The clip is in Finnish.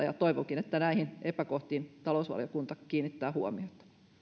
ja toivonkin että näihin epäkohtiin talousvaliokunta kiinnittää huomiota